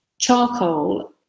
charcoal